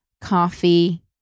coffee